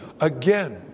Again